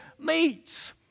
meats